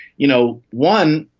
you know, one,